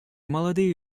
молодые